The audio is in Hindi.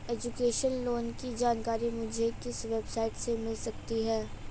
एजुकेशन लोंन की जानकारी मुझे किस वेबसाइट से मिल सकती है?